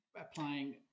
applying